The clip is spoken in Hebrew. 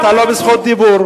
אתה לא ברשות דיבור.